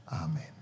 Amen